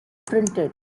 printed